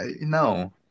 No